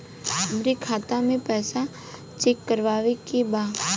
हमरे खाता मे पैसा चेक करवावे के बा?